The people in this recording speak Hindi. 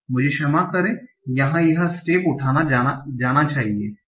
मुझे क्षमा करें यहाँ यह स्टेप उठाया जाना चाहिए हाँ